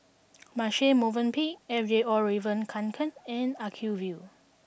Marche Movenpick Fjallraven Kanken and Acuvue